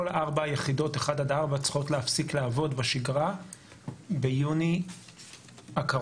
כל ארבע היחידות 1-4 צריכות להפסיק לעבוד בשגרה ביוני הקרוב,